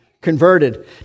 converted